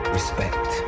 Respect